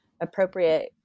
appropriate